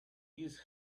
his